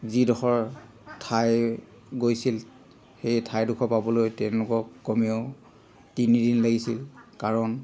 যিডোখৰ ঠাই গৈছিল সেই ঠাইডোখৰ পাবলৈ তেওঁলোকক কমেও তিনিদিন লাগিছিল কাৰণ